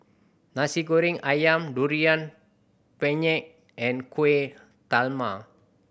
Nasi Goreng Ayam Durian Pengat and Kuih Talam